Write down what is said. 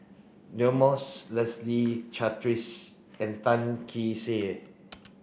Deirdre Moss Leslie Charteris and Tan Kee Sek